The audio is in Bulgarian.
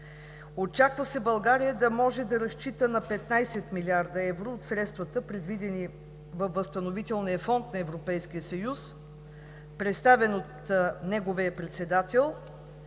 Очаква се България да може да разчита на 15 млрд. евро от средствата, предвидени във възстановителния фонд на Европейския съюз, представен от неговия председател.